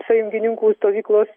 sąjungininkų stovyklos